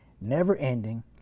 never-ending